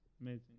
amazing